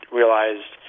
realized